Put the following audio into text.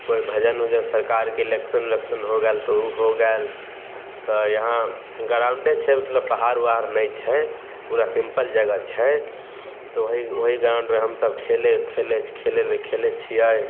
कोइ भजन उजन सरकारके एलेक्शन उलेक्शन हो गेल तऽ ओहो गेल तऽ यहाँ गराउण्डे छै मतलब पहाड़ उहाड़ नहि छै पुरा सिम्पल जगह छै तऽ ओहि ओहि गराउण्डमे खेलै खेलै खेलेबै खेलै छियै